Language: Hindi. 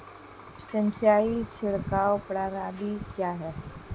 सिंचाई छिड़काव प्रणाली क्या है?